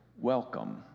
welcome